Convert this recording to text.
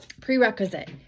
prerequisite